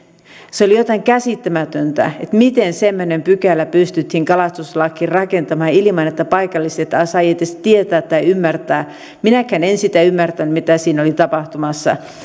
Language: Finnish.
se oli jotain käsittämätöntä miten semmoinen pykälä pystyttiin kalastuslakiin rakentamaan ilman että paikalliset saivat edes tietää tai ymmärtää minäkään en en ymmärtänyt mitä siinä oli tapahtumassa